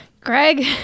Greg